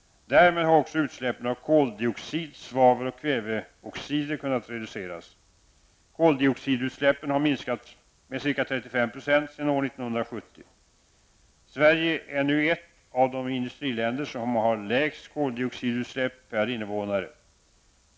Därmed har också utsläppen av koldioxid, svavel och kväveoxider kunnat reduceras. Koldioxidutsläppen har minskat med ca 35 % sedan år 1970. Sverige är nu ett av de industriländer som har lägst koldioxidutsläpp per innevånare.